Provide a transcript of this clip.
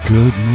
Good